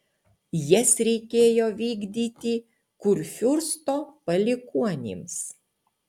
jas reikėjo vykdyti kurfiursto palikuonims